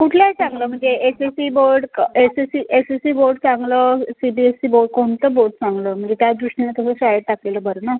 कुठलं आहे चांगलं म्हणजे एस एस सी बोर्ड का S S C S S C board चांगलं C B S C board कोणतं बोर्ड चांगलं म्हणजे त्यादृष्टीने तसं शाळेत टाकलेलं बरं ना